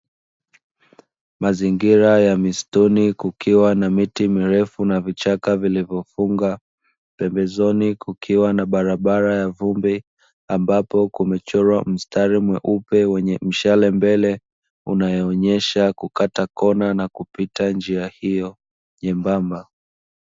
Mazingira ya misutuni kukiwa na miti mirefu na vichaka vilivofunga, pembezoni kukiwa na barabara ya vumbi ambapo kumechorwa mstari mweupe wenye mshale mbele, unaoonyesha kukata kona na kupita njia hiyo nyembamba.